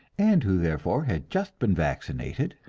and who therefore had just been vaccinated,